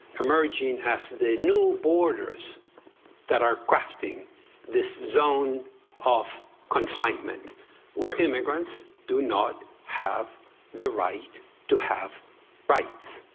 emerging as the new borders that are crafting this zone of confinement where immigrants do not have the right to have rights.